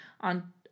on